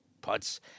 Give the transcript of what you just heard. putts